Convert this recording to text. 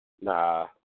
Nah